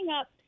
up